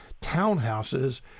townhouses